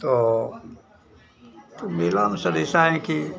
तो तो मेला में सब ऐसा हैं कि